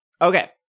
Okay